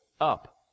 up